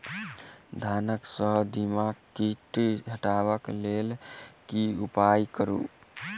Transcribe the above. धान सँ दीमक कीट हटाबै लेल केँ उपाय करु?